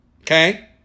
Okay